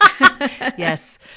Yes